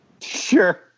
Sure